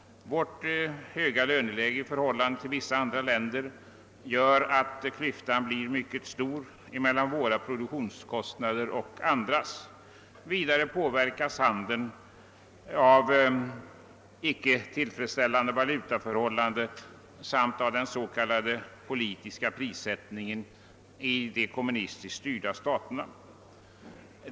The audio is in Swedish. Vårt höga löneläge i förhållande till vissa andra länder gör att klyftan blir mycket stor mellan våra produktionskostnader och andra länders. Vidare påverkas handeln av icke tillfredsställande valutaförhållanden samt av den s.k. politiska prissättningen i de kommunistiskt styrda staterna.